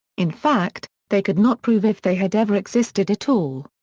in fact, they could not prove if they had ever existed at all.